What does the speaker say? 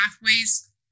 pathways